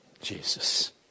Jesus